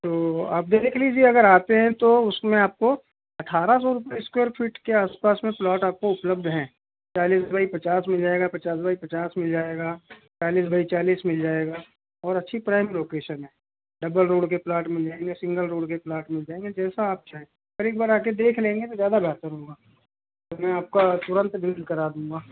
तो आप देख लीजिए अगर आते हैं तो उस में आप को अट्ठारह सौ रुपये स्क्वायर फीट के आस पास में प्लॉट आप को उपलब्ध हैं चालीस बाई पच्चास मिल जाएगा पचास बाई पचास मिल जाएगा चालीस बाई चालीस मिल जाएगा और अच्छी प्राइम लोकेशन है डबल रोड के प्लाट मिल जाएंगे सिंगल रोड के प्लॉट मिल जाएंगे जैसा आप चाहें पर एक बार आ के देख लेंगे तो ज़्यादा बहतर होगा तो मैं आप का तुरंत डील करा दूँगा